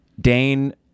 Dane